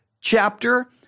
chapter